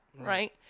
Right